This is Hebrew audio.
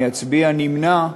אני אצביע "נמנע",